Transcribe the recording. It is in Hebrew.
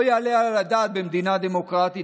זה לא יעלה על הדעת במדינה דמוקרטית,